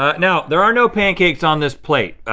ah now there are no pancakes on this plate.